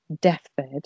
deathbed